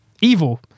evil